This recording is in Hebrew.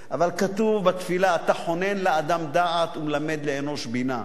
אבל כתוב בתפילה: "אתה חונן לאדם דעת ומלמד לאנוש בינה",